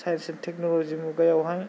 science and टेकनलजिनि मुगायावहाय